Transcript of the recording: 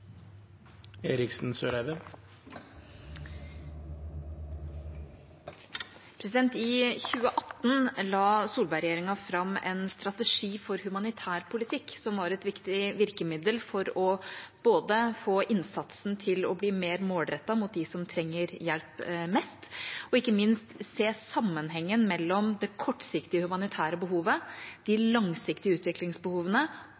replikkordskifte. I 2018 la Solberg-regjeringa fram en strategi for humanitær politikk som var et viktig virkemiddel for å få innsatsen til å bli mer målrettet mot dem som trenger hjelp mest, og ikke minst se sammenhengen mellom det kortsiktige humanitære behovet,